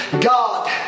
God